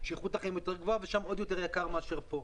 שאיכות החיים יותר גבוהה ושם יותר יקר מפה.